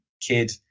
kid